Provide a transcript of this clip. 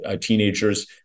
teenagers